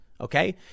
Okay